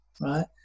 right